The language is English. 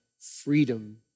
freedom